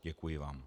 Děkuji vám.